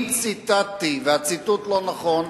אם ציטטתי והציטוט לא נכון,